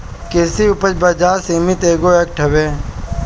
कृषि उपज बाजार समिति एगो एक्ट हवे